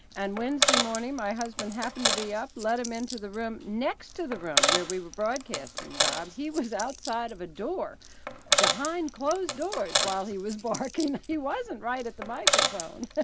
and wednesday morning, my husband happened to be up, let him into the room next to the room where we were broadcasting, bob. he was outside of a door behind closed doors while he was barking. he wasn't right at the microphone.